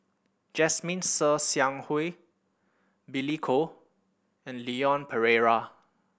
Jasmine Ser Xiang Wei Billy Koh and Leon Perera